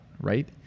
Right